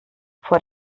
vor